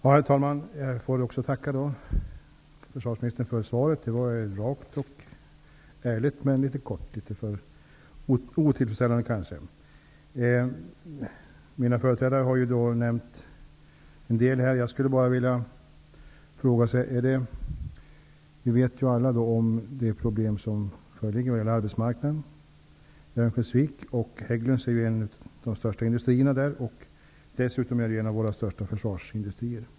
Herr talman! Jag får också tacka försvarsministern för svaret. Det är rakt, ärligt men kort, kanske litet otillfredsställande. Vi känner alla till de problem som finns på arbetsmarknaden i Örnsköldsvik. Hägglunds är ett av de största industriföretagen där och representerar dessutom en av våra största försvarsindustrier.